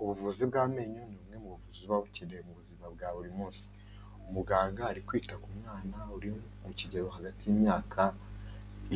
Ubuvuzi bw'amenyo ni bumwe mu buvuzi buba bukeneye mu buzima bwa buri munsi, umuganga ari kwita ku mwana uri mu kigero hagati y'imyaka